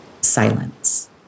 silence